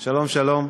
שלום, שלום.